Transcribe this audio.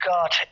God